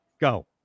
Go